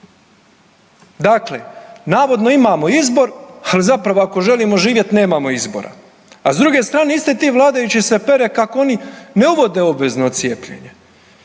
Dakle, navodno imamo izbor, al zapravo ako želimo živjet nemamo izbora, a s druge strane isti ti vladajući se peru kako oni ne uvode obvezno cijepljenje.